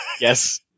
yes